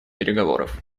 переговоров